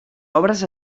obres